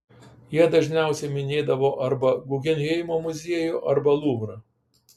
jie dažniausiai minėdavo arba guggenheimo muziejų arba luvrą